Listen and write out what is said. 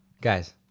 guys